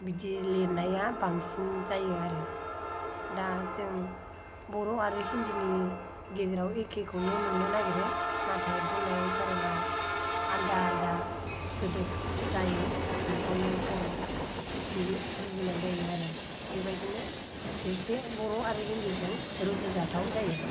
बिदि लिरनाया बांसिन जायो आरो दा जों बर' आरो हिन्दीनि गेजेराव एखेखौनो नुनो नागिरो नाथाय बुंनाय रिंसारथियाव आलादा आलादा सोदोब जायो बेखौनो जों बिदि बुजिनाय जायो आरो बेबादिनो इसे बर' आरो हिन्दीजों रुजुजाथाव जायो